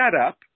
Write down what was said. setup